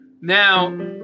Now